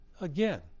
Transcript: again